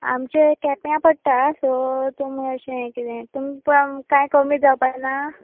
आमचें केप्यां पडटा सो तुमी अशें कितें तुमी आमकां कांय कमी जावपाना